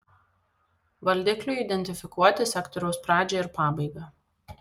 valdikliui identifikuoti sektoriaus pradžią ir pabaigą